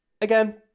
Again